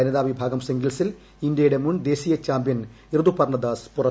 വനിതാ വിഭാഗം സിംഗിൾസിൽ ഇന്ത്യയുടെ മുൻ ദേശീയ ചാമ്പ്യൻ ഋതുപർണദാസ് പുറത്തായി